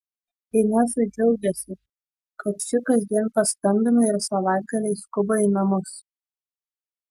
inesa džiaugiasi kad ši kasdien paskambina ir savaitgaliais skuba į namus